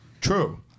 True